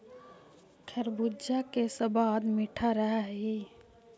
खरबूजा के सबाद मीठा रह हई